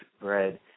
bread